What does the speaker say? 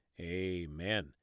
Amen